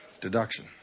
deduction